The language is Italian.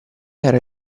era